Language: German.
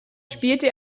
spielte